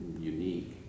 unique